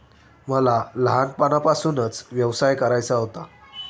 मला लहानपणापासूनच व्यवसाय करायचा होता